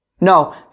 No